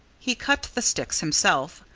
he cut the sticks himself,